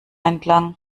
entlang